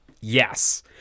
Yes